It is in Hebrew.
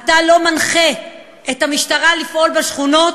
אתה לא מנחה את המשטרה לפעול בשכונות,